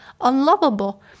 unlovable